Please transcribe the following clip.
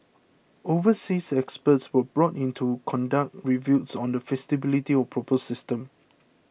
overseas experts were brought in to conduct reviews on the feasibility of the proposed system